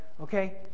Okay